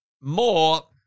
more